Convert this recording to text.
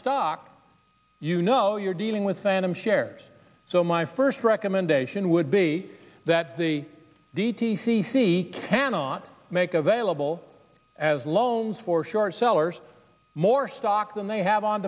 stock you know you're dealing with phantom shares so my first recommendation would be that the d t c c cannot make available as loans for short sellers more stock than they have on